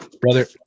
Brother